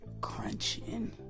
crunching